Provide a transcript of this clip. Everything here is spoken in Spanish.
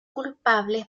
culpables